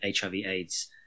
HIV-AIDS